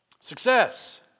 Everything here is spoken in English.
Success